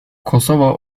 kosova